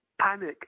Panic